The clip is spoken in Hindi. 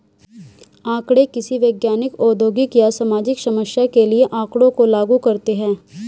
आंकड़े किसी वैज्ञानिक, औद्योगिक या सामाजिक समस्या के लिए आँकड़ों को लागू करते है